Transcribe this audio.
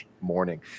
morning